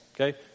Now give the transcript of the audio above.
Okay